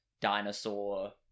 dinosaur